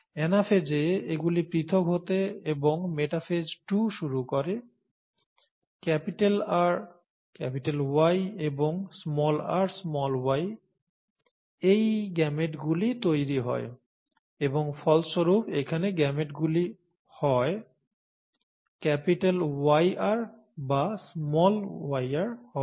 অ্যানাফেজে এগুলি পৃথক হতে এবং মেটাফেজ টু শুরু করে RY এবং ry এই গেমেটগুলি তৈরি হয় এবং ফলস্বরূপ এখানে গেমেটগুলি হয় YR বা yr হবে